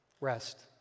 rest